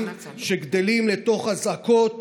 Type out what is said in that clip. שגדלים לתוך אזעקות,